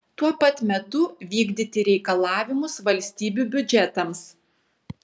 tuo pat metu vykdyti reikalavimus valstybių biudžetams